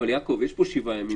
אבל יש פה שבעה ימים.